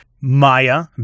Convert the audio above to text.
Maya